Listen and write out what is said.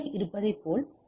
F இருப்பதைப் போல C